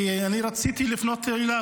כי אני רציתי לפנות אליו.